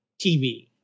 TV